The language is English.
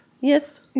Yes